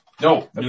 No